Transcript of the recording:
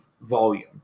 volume